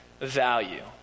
value